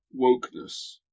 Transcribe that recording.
wokeness